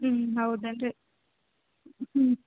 ಹ್ಞೂ ಹೌದೇನು ರೀ ಹ್ಞೂ